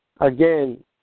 Again